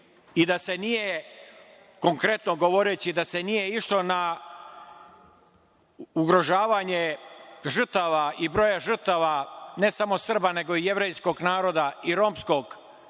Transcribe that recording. i da se nije, konkretno govoreći, da se nije išlo na ugrožavanje žrtava i broja žrtava, ne samo Srba nego i jevrejskog i romskog naroda,